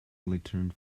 returned